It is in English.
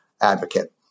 advocate